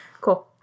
Cool